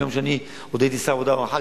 מיום שאני עוד הייתי שר העבודה והרווחה,